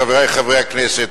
חברי חברי הכנסת,